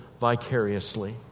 vicariously